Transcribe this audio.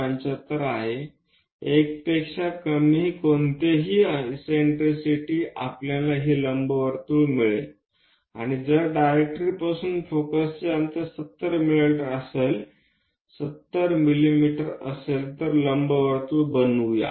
75 आहे कोणतीही इससेन्ट्रिसिटी 1 पेक्षा कमी असल्यास आपल्याला ही लंबवर्तुळ मिळेल आणि जर डायरेक्ट्रिक्सपासून फोकसचे अंतर 70 मिमी असेल तर लंबवर्तुळ बनवूया